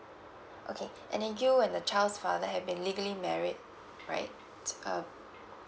okay and then you and the child's father have been legally married right um